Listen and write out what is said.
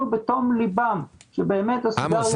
בתום לבם שבאמת הסיגריות האלה דלות ניקוטין.